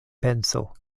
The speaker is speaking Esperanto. penso